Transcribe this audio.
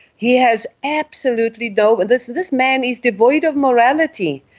he has absolutely no, but this this man is devoid of morality.